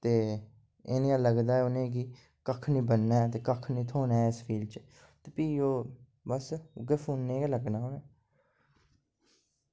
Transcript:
ते एह् नेआं लगदा ऐ उनें कि कक्ख निं बनना ऐ ते कक्ख निं थोह्ना ऐ इस फील्ड च ते फ्ही ओह् बस उयै फोने गै लग्गना उनैं